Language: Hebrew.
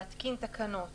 להתקין תקנות